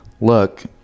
look